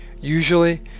usually